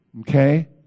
Okay